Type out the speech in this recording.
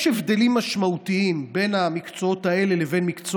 יש הבדלים משמעותיים בין מקצועות אלה לבין מקצוע